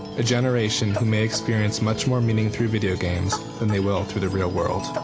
a generation who may experience much more meaning through video games than they will through the real world.